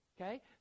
Okay